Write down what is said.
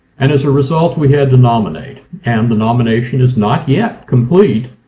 and as a result we had to nominate. and the nomination is not yet complete.